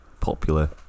popular